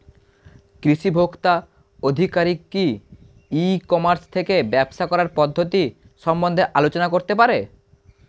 কৃষি ভোক্তা আধিকারিক কি ই কর্মাস থেকে ব্যবসা করার পদ্ধতি সম্বন্ধে আলোচনা করতে পারে?